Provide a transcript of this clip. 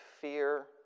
fear